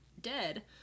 dead